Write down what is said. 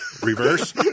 Reverse